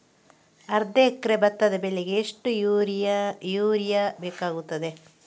ಅರ್ಧ ಎಕರೆ ಭತ್ತ ಬೆಳೆಗೆ ಎಷ್ಟು ಯೂರಿಯಾ ಬೇಕಾಗುತ್ತದೆ?